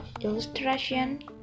illustration